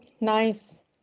nice